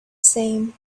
same